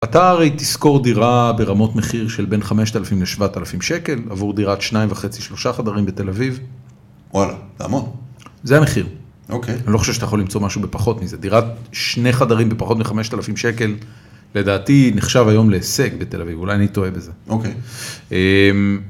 אתה, הרי, תשכור דירה ברמות מחיר של בין 5,000 ל-7,000 שקל, עבור דירת 2.5-3 חדרים בתל אביב, וואלה, תעמוד. זה המחיר. אוקיי. אני לא חושב שאתה יכול למצוא משהו בפחות מזה. דירת שני חדרים בפחות מ-5,000 שקל, לדעתי, נחשב היום להישג בתל אביב, אולי אני טועה בזה. אוקיי.